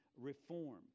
reform